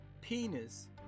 penis